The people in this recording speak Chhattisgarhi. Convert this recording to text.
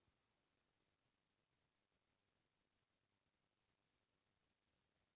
जैविक खेती अऊ बैग्यानिक खेती म अंतर बतावा?